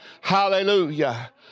Hallelujah